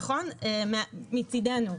נכון, מצידינו.